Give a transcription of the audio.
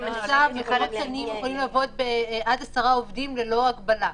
מקומות קטנים יכולים לעבוד עד עשרה עובדים ללא הגבלה.